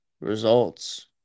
results